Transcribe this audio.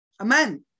Amen